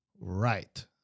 Right